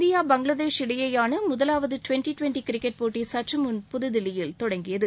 India Bangladesh இடையேயான முதலாவது twenty twenty cricket போட்டி சற்றமுன் புகுதில்லியில் தொடங்கியது